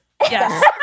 Yes